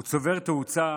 הוא צובר תאוצה,